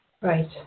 Right